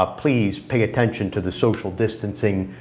ah please pay attention to the social distancing